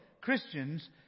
Christians